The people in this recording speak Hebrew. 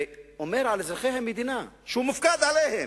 ואומר על אזרחי המדינה, שהוא מופקד עליהם: